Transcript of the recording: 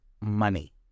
money